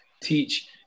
teach